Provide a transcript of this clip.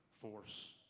force